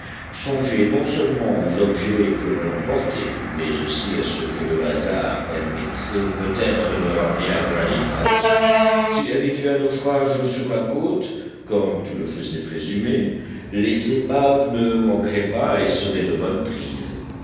songer non seulement aux objets que l'on emportait mais aussi à ceux que le hasard permettrait peut-être de ramener à granite house s'il y avait eu un naufrage sur la côte comme tout le faisait présumer les épaves ne manqueraient pas et seraient de bonne prise